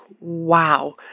wow